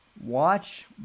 watch